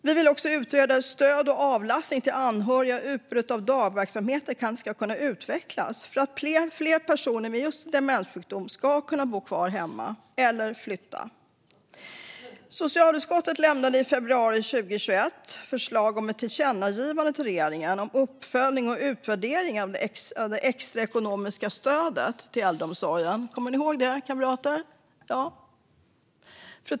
Vi vill också utreda stöd och avlastning till anhöriga och hur utbudet av dagverksamheter kan utvecklas för att fler personer med just demenssjukdom ska kunna bo kvar hemma eller flytta. Socialutskottet lämnade i februari 2021 förslag om ett tillkännagivande till regeringen om uppföljning och utvärdering av det extra ekonomiska stödet till äldreomsorgen. Kommer ni ihåg det, kamrater?